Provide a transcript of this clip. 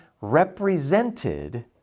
represented